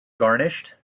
garnished